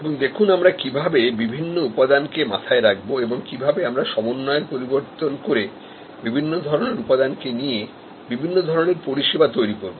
এবং দেখুন আমরা কিভাবে বিভিন্ন উপাদানকে মাথায় রাখবো এবং কিভাবে আমরা সমন্বয়ের পরিবর্তন করে বিভিন্ন ধরনের উপাদানকে নিয়ে বিভিন্ন ধরনের পরিষেবা তৈরি করব